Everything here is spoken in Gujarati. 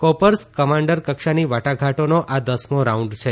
કોર્પ્સ કમાન્ડર કક્ષાની વાટાઘાટોનો આ દસમો રાઉન્ડ છે